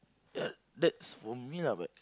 that's for me lah but